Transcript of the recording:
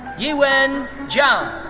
yiwen zhao.